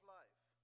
life